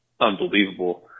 unbelievable